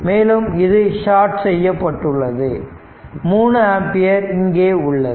மேலும் இது ஷாட் செய்யப்பட்டுள்ளது 3 ஆம்பியர் இங்கே உள்ளது